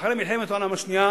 שאחרי מלחמת העולם השנייה